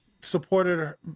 supported